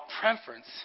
preference